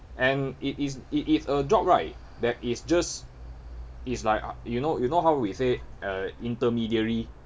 and it is it is a job right that is just is like you know you know how we say uh intermediary